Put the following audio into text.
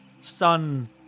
sun